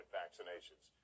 vaccinations